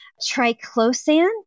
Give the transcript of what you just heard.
Triclosan